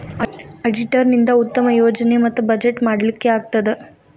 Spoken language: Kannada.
ಅಡಿಟರ್ ನಿಂದಾ ಉತ್ತಮ ಯೋಜನೆ ಮತ್ತ ಬಜೆಟ್ ಮಾಡ್ಲಿಕ್ಕೆ ಆಗ್ತದ